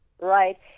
right